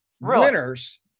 winners